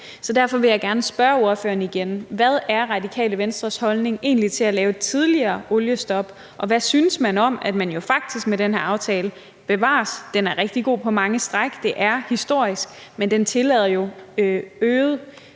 Så derfor vil jeg gerne spørge ordføreren igen: Hvad er Radikale Venstres holdning egentlig til at lave et tidligere oliestop? Og hvad synes man om, at man jo faktisk med den her aftale – bevares, den er rigtig god på mange stræk; det er historisk – tillader øget